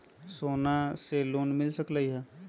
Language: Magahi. सोना से लोन मिल सकलई ह?